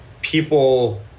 people